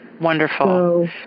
Wonderful